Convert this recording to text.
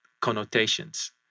connotations